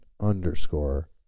underscore